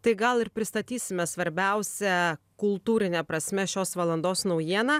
tai gal ir pristatysime svarbiausią kultūrine prasme šios valandos naujieną